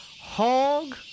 hog